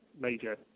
major